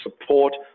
support